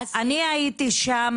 אני הייתי שם.